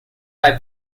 buy